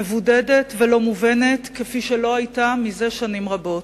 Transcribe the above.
מבודדת ולא מובנת כפי שלא היתה זה שנים רבות.